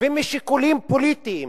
ומשיקולים פוליטיים